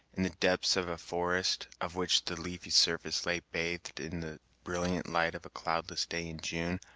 in the depths of a forest, of which the leafy surface lay bathed in the brilliant light of a cloudless day in june,